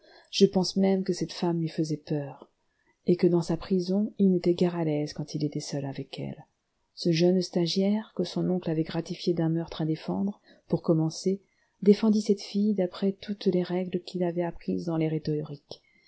je pense même que cette femme lui faisait peur et que dans sa prison il n'était guère à l'aise quand il était seul avec elle ce jeune stagiaire que son oncle avait gratifié d'un meurtre à défendre pour commencer défendit cette fille d'après toutes les règles qu'il avait apprises dans les